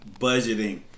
Budgeting